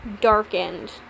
darkened